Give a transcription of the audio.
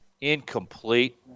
incomplete